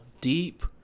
deep